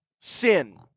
sin